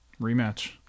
Rematch